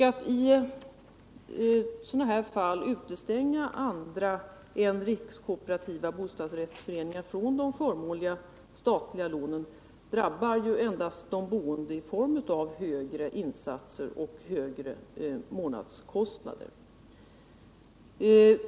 Att i sådana här fall utestänga andra än rikskooperativa bostadsrättsföreningar från de förmånliga statliga lånen drabbar ju endast de boende och då i form av högre insatser och högre månadskostnader.